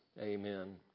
Amen